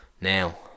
Now